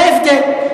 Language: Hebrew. זה ההבדל.